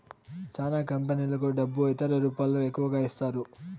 చానా కంపెనీలకు డబ్బు ఇతర రూపాల్లో ఎక్కువగా ఇస్తారు